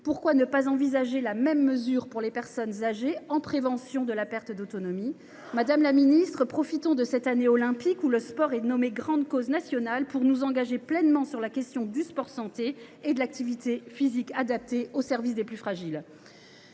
Pourquoi ne pas envisager la même mesure pour les personnes âgées, en prévention de la perte d’autonomie ? Madame la ministre, profitons de cette année olympique où le sport a été décrété grande cause nationale pour nous engager sur la question du sport santé et de l’activité physique adaptée au service des plus fragiles.